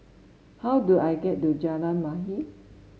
how do I get to Jalan Mahir